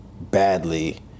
badly